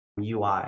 UI